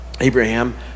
Abraham